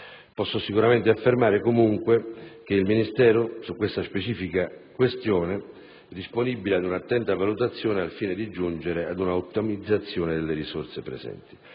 sicuramente affermare che il Ministero, su questa specifica questione, è disponibile ad una attenta valutazione al fine di giungere ad una ottimizzazione delle risorse presenti.